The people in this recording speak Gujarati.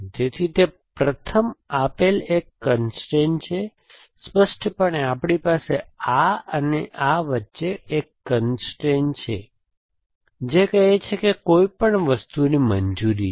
તેથી તે પ્રથમ આપેલ એક કન્સ્ટ્રેઇન છે સ્પષ્ટપણે આપણી પાસે આ અને આ વચ્ચે એક કન્સ્ટ્રેઇન છે જે કહે છે કે કોઈપણ વસ્તુની મંજૂરી છે